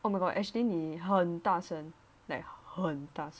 oh my god ashlynn 你很大声 like 很大声